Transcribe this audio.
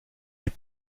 des